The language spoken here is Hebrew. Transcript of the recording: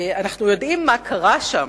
אנחנו יודעים מה קרה שם,